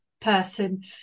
person